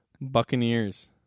Buccaneers